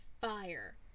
fire